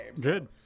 good